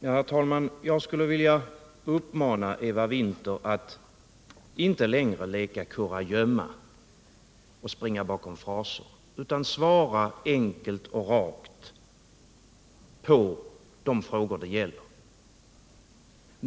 Herr talman! Jag skulle vilja uppmana Eva Winther att inte längre leka kurragömma och springa undan bakom fraser utan svara enkelt och rakt på de frågor det här gäller.